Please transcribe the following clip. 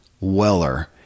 weller